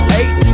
eight